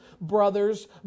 brothers